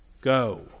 Go